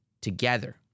together